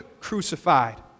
crucified